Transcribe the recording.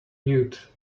mute